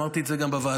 אמרתי את זה גם בוועדה,